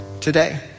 today